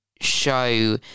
show